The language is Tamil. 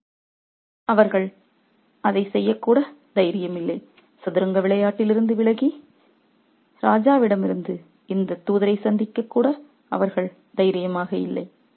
ரெபஃர் ஸ்லைடு டைம் 2702 அவர்கள் அதைச் செய்ய கூட தைரியம் இல்லை சதுரங்க விளையாட்டிலிருந்து விலகி ராஜாவிடமிருந்து இந்த தூதரைச் சந்திக்க கூட அவர்கள் தைரியமாக இல்லை